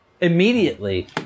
Immediately